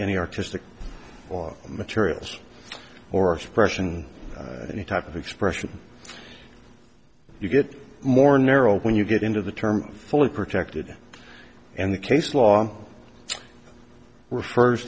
any artistic or materials or expression any type of expression you get more narrow when you get into the term fully protected and the case law refers